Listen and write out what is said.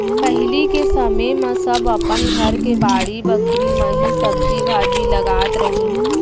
पहिली के समे म सब अपन घर के बाड़ी बखरी म ही सब्जी भाजी लगात रहिन